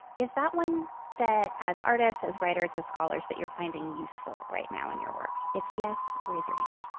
is that one that as artists, as writers, as scholars, that you're finding useful right now in your work? if yes raise your hand.